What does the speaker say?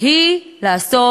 היא לעשות